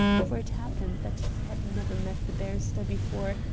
for it happened that he had never met the barrister before,